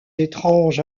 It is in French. étrange